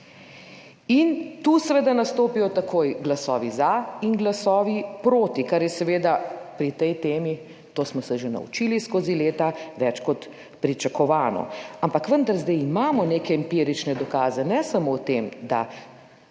In tu seveda nastopijo takoj glasovi za in glasovi proti, kar je seveda pri tej temi, to smo se že naučili skozi leta, več kot pričakovano. Ampak vendar, zdaj imamo neke empirične dokaze, ne samo o tem, da